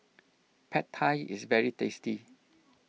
Pad Thai is very tasty